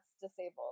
disabled